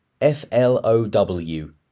F-L-O-W